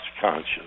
conscious